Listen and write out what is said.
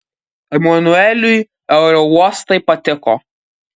emanueliui aerouostai patiko